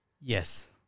Yes